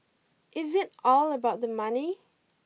is it all about the money